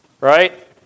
right